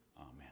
amen